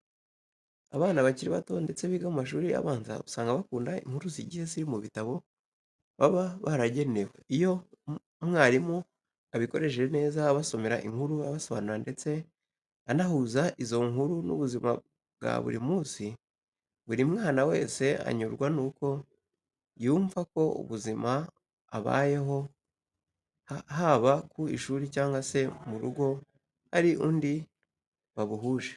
Abana bakiri bato ndetse biga mu mashuri abanza, usanga bakunda inkuru zigiye ziri mu bitabo baba baragenewe. Iyo umwarimu abikoresheje neza, abasomera inkuru, abasobanurira ndetse anahuza izo nkuru n'ubuzima bwa buri munsi, buri mwana wese anyurwa nuko yumva ko ubuzima abayeho haba ku ishuri cyangwa se mu rugo hari undi babuhuje.